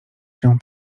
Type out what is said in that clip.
się